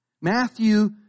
Matthew